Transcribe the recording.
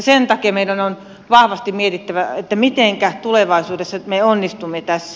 sen takia meidän on vahvasti mietittävä mitenkä tulevaisuudessa me onnistumme tässä